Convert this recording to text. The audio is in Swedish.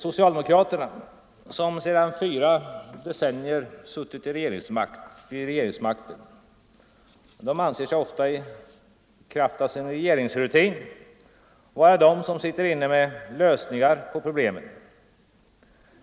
Socialdemokraterna, som sedan fyra decennier sitter vid regeringsmakten, anser sig ofta i kraft av sin regeringsrutin vara de som sitter inne med lösningar på problemen.